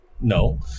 No